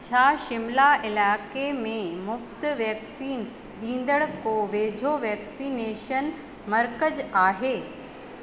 छा शिमला इलाइके में मुफ़्त वैक्सीन ॾींदड़ को वेझो वैक्सनेशन मर्कज़ आहे